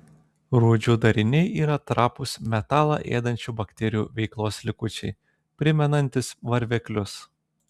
rūdžių dariniai yra trapūs metalą ėdančių bakterijų veiklos likučiai primenantys varveklius